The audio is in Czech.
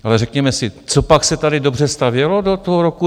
Ale řekněme si, copak se tady dobře stavělo do toho roku 2021?